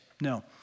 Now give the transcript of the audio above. No